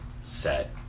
set